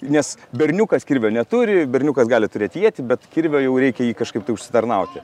nes berniukas kirvio neturi berniukas gali turėt ietį bet kirvio jau reikia jį kažkaip tai užsitarnauti